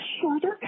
shorter